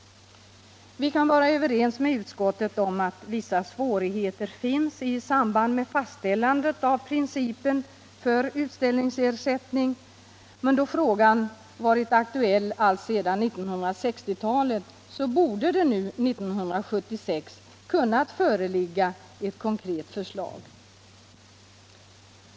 Vi kan vara överens med utskottet om att vissa svårigheter finns i samband med fastställandet av principen för utställningsersättning, men då frågan har varit aktuell alltsedan 1960-talet borde det nu, 1976, ha förelegat ett konkret förslag.